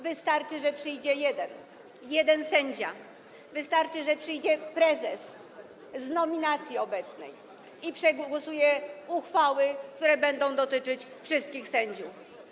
Wystarczy, że przyjdzie jeden sędzia, wystarczy, że przyjdzie prezes z nominacji obecnej i przegłosuje uchwały, które będą dotyczyć wszystkich sędziów.